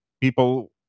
people